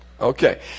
Okay